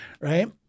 right